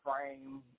frame